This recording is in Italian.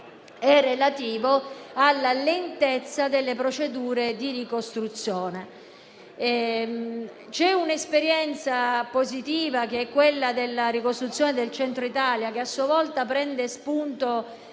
è relativo alla lentezza delle procedure di ricostruzione. C'è un'esperienza positiva (quella della ricostruzione del Centro Italia, che a sua volta prende spunto